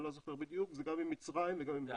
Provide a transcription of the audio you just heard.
אני לא זוכר בדיוק, זה גם עם מצרים וגם עם ירדן.